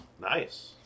Nice